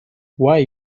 why